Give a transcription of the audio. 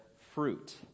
fruit